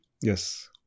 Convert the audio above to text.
Yes